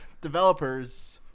developers